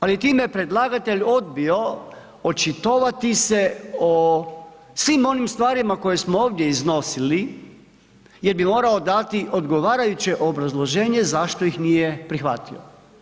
Ali time je predlagatelj odbio očitovati se o svim onim stvarima koje smo ovdje iznosili jer bi morao dati odgovarajuće obrazloženje zašto ih nije prihvatio.